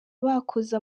bakoze